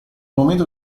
momento